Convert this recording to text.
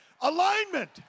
Alignment